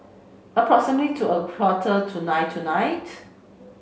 to a quarter to nine tonight